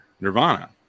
Nirvana